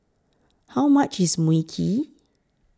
How much IS Mui Kee